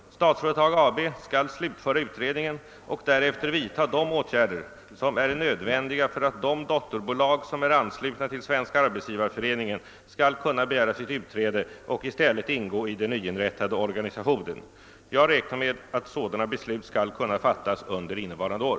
Statsföretag AB skall slutföra utredningen och därefter vidta de åtgärder som är nödvändiga för att de dotterbolag, som är anslutna till Svenska arbetsgivareföreningen, skall kunna begära sitt utträde och i stället ingå i den nyinrättade organisationen. Jag räknar med att sådana beslut skall kunna fattas under innevarande år.